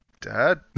dad